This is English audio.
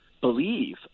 believe